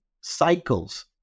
cycles